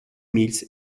mills